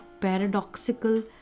paradoxical